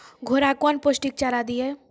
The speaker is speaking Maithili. घोड़ा कौन पोस्टिक चारा दिए?